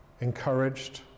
encouraged